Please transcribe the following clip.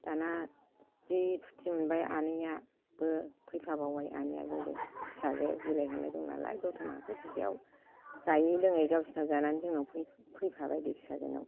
दाना जि फुरथि मोनबाय आनैयाबो फैफाबावबाय आनैयाबो जोंजों फिसाजो बिलायहरनाय दं नालाय दत'मा हाथाइ गुदियाव जायै लोङै गावसिनाव जानानै जोंनाव फैफाबाय बे फिसाजोनाव